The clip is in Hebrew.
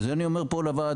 זה אני אומר פה לוועדה,